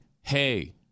Hey